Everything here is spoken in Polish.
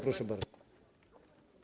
Proszę bardzo.